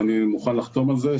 ואני מוכן לחתום על זה,